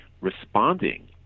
responding